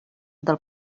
del